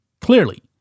Clearly